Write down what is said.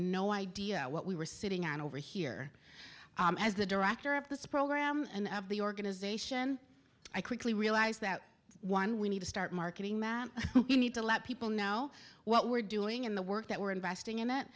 no idea what we were sitting on over here as the director of this program and of the organization i quickly realized that one we need to start marketing math you need to let people know what we're doing in the work that we're investing in it